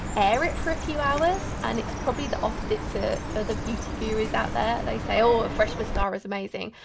air it for a few hours and it's probably the opposite to other beauty gurus out there, they say oh a fresh mascara's amazing,